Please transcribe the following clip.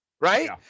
Right